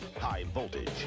high-voltage